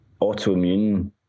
autoimmune